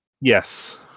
Yes